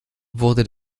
wurde